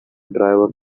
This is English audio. driver